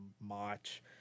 March